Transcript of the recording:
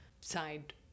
side